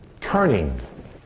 turning